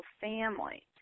family